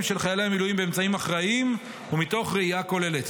של חיילי המילואים באמצעים אחראיים ומתוך ראייה כוללת.